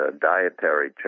dietary